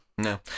No